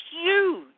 huge